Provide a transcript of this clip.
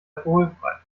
alkoholfrei